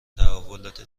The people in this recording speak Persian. تحولات